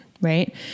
right